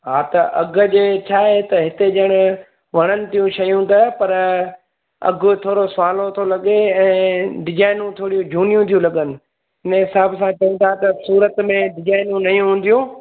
हा त अघ जे छा आहे त हिते ॼण वणनि थियूं शयूं त पर अघु थोरो सहुलो थो लॻे ऐं डिजाइनियूं थोड़ियूं झूनियूं तूं लॻनि हिन जे हिसाब सां त चऊं था त सूरत में डिजाइनियूं नयूं हूंदियूं